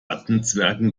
gartenzwerge